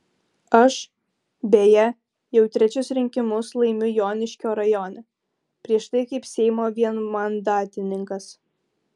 aš beje jau trečius rinkimus laimiu joniškio rajone prieš tai kaip seimo vienmandatininkas